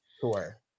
Sure